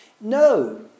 No